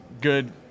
good